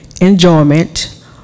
enjoyment